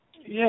Yes